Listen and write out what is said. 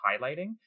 highlighting